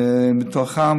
מתוכם